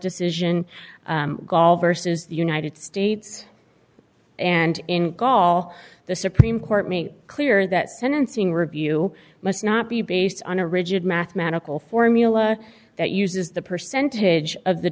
decision gall versus the united states and in gaol the supreme court may clear that sentencing review must not be based on a rigid mathematical formula that uses the percentage of the